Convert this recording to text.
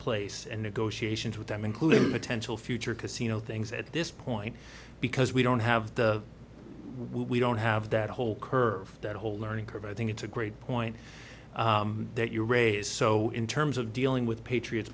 place and negotiations with them including potential future casino things at this point because we don't have the we don't have that whole curve that whole learning curve i think it's a great point that you raise so in terms of dealing with patriots